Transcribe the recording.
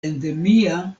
endemia